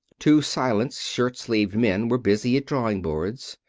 two silent, shirt-sleeved men were busy at drawing boards.